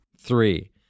Three